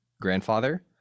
grandfather